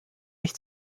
mich